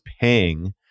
paying